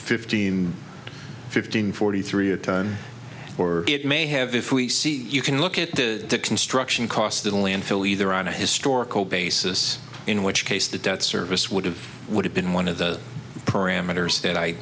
fifteen fifteen forty three a ton or it may have if we see you can look at the construction cost only in fill either on a historical basis in which case the debt service would have would have been one of the parameters that i